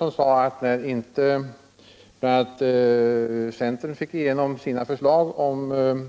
Han sade att när centern inte fick igenom sina förslag om